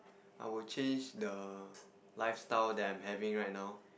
I would change the lifestyle that I'm having right now